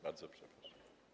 Bardzo przepraszam.